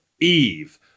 Eve